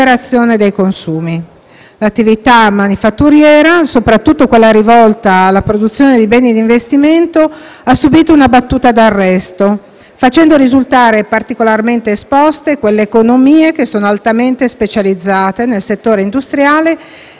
L'attività manifatturiera, soprattutto quella rivolta alla produzione dei beni d'investimento, ha subìto una battuta d'arresto, facendo risultare particolarmente esposti le economie altamente specializzate nel settore industriale ed i connessi Paesi